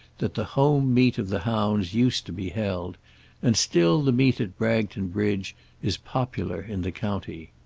that the home meet of the hounds used to be held and still the meet at bragton bridge is popular in the county.